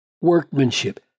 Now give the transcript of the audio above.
Workmanship